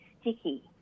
sticky